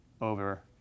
over